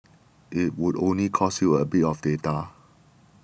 it would only cost you a bit of data